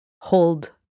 hold